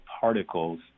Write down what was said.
particles